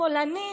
שמאלנים,